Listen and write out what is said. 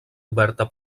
oberta